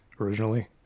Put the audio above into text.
originally